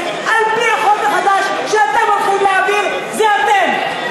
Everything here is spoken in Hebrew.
על-פי החוק החדש שאתם הולכים להעביר זה אתם,